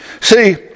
See